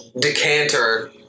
decanter